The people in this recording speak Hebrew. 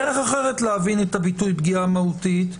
דרך אחרת להבין את הביטוי "פגיעה מהותית"